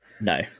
No